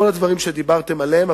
כל הדברים שדיברתם עליהם.